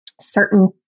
certain